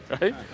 right